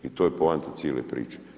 I to je poanta cijele priče.